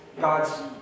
God's